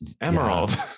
Emerald